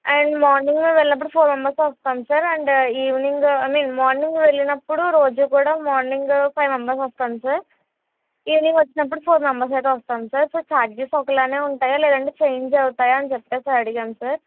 and morning మేము వెళ్ళినప్పుడు four members వస్తాము sir and evening I mean morning వెళ్ళినప్పుడు రోజూ కూడా మార్నింగు ఫైవ్ మెంబర్స్ వస్తాము సర్ ఈవినింగ్ వచ్చినప్పుడు ఫోర్ మెంబర్స్ అయితే వస్తాము సార్ సర్ ఛార్జెస్ ఒకలానే ఉంటాయా లేదంటే చేంజ్ అవుతాయా అని చెప్పేసి అడిగాము సార్